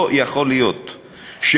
לא יכול להיות שפקידה,